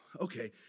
okay